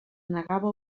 negava